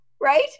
right